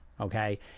Okay